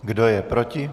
Kdo je proti?